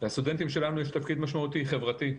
לסטודנטים שלנו יש תפקיד משמעותי חברתי.